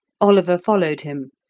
oliver followed him,